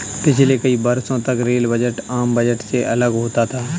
पिछले कई वर्षों तक रेल बजट आम बजट से अलग होता था